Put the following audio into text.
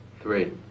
three